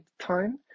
time